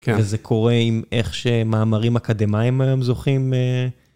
כן. וזה קורה עם איך שמאמרים אקדמיים זוכים.